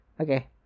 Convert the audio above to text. okay